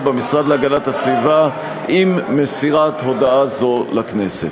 במשרד להגנת הסביבה עם מסירת הודעה זו לכנסת.